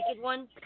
one